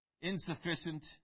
insufficient